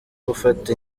gufata